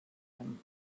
him